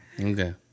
Okay